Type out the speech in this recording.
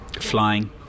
flying